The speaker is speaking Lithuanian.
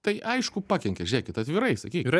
tai aišku pakenkia žiūrėkit atvirai sakyk